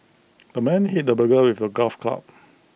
the man hit the burglar with A golf club